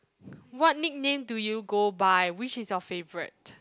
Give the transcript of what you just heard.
what nickname do you go by which is your favourite